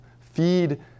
Feed